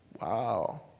Wow